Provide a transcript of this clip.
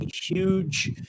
huge